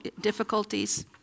difficulties